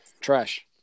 trash